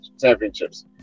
Championships